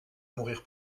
mourir